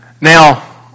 now